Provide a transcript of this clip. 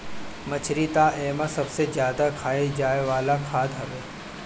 मछरी तअ एमे सबसे ज्यादा खाए जाए वाला खाद्य हवे